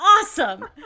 awesome